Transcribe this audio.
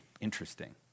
interesting